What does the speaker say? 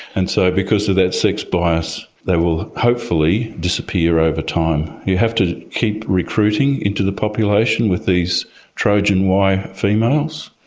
and so because of that sex bias they will hopefully disappear over time. you have to keep recruiting into the population with these trojan y females.